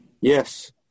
Yes